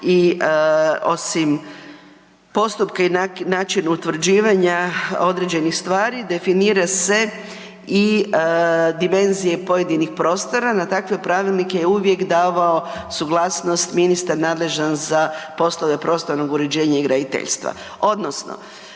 i osim postupka i način utvrđivanja određenih stvari, definira se i dimenzije pojedinih prostora. Na takve pravilnike je uvijek davao suglasnost ministar nadležan za poslove prostornog uređenja i graditeljstva.